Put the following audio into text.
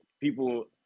people